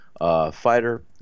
Fighter